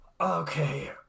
Okay